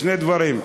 שני דברים.